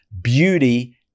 Beauty